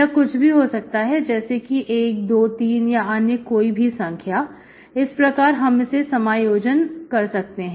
यह कुछ भी हो सकता है जैसे कि 123 या अन्य कोई भी संख्या इस प्रकार हम इसे समायोजन कह सकते हैं